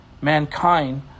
mankind